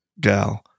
gal